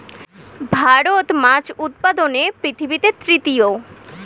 ভারত মাছ উৎপাদনে পৃথিবীতে তৃতীয়